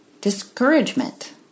discouragement